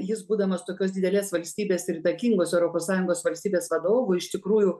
jis būdamas tokios didelės valstybės ir įtakingos europos sąjungos valstybės vadovu iš tikrųjų